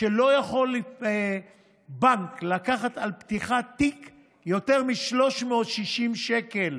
שלא יכול בנק לקחת על פתיחת תיק יותר מ-360 שקלים,